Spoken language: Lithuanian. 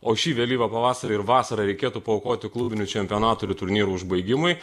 o šį vėlyvą pavasarį ir vasarą reikėtų paaukoti klubinių čempionatų ir turnyrų užbaigimui